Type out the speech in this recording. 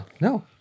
no